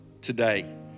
today